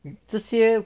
这些